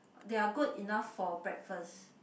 they are good enough for breakfast